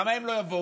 למה הם לא יבואו,